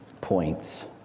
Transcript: points